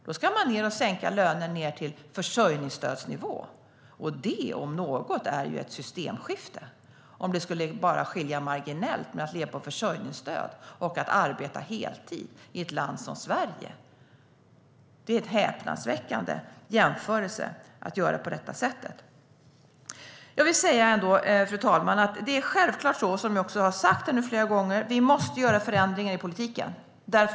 Då ska man sänka lönen ned till försörjningsstödsnivå, och det om något är ju ett systemskifte - om det skulle skilja marginellt mellan att leva på försörjningsstöd och att arbeta heltid i ett land som Sverige. Det är en häpnadsväckande jämförelse. Det är självklart så som jag har sagt flera gånger att vi måste göra förändringar i politiken.